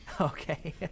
Okay